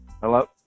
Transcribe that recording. Hello